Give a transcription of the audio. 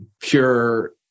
pure